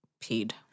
paid